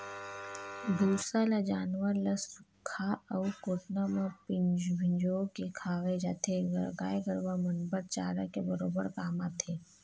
भूसा ल जानवर ल सुख्खा अउ कोटना म फिंजो के खवाय जाथे, गाय गरुवा मन बर चारा के बरोबर काम आथे